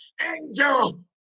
angel